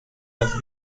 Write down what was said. las